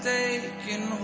taken